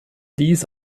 dies